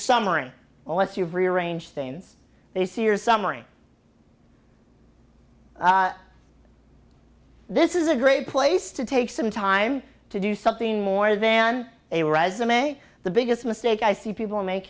summary lets you rearrange things they see your summary this is a great place to take some time to do something more than a resume the biggest mistake i see people make